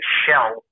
shell